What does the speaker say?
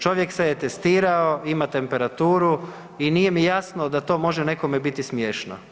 Čovjek se je testirao, ima temperaturu i nije mi jasno da to može nekome biti smiješno.